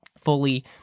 fully